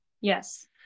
Yes